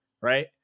Right